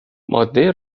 ماده